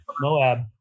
Moab